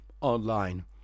online